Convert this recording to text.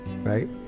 right